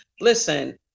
Listen